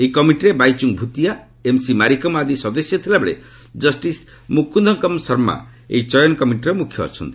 ଏହି କମିଟିରେ ବାଇଚୁଙ୍ଗ୍ ଭୁତିଆ ଏମ୍ସି ମାରିକମ୍ ଆଦି ସଦସ୍ୟ ଥିଲା ବେଳେ ଜଷ୍ଟିସ୍ ମୁକୁନ୍ଦକମ୍ ଶର୍ମା ଏହି ଚୟନ କମିଟିର ମୁଖ୍ୟ ଅଛନ୍ତି